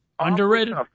Underrated